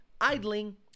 idling